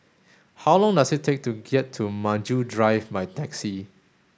how long does it take to get to Maju Drive by taxi